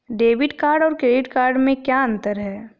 Debit card और credit card में क्या अंतर है?